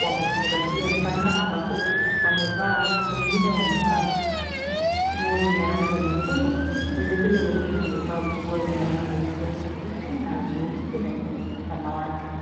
wamefurahia sana ambapo wengine wamevaa nguo zenye rangi ya nyekundu, vilevile wengine wamevaa nguo zenye rangi ya kijani kibichi na nyeusi na samawati .